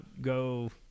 go